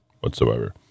whatsoever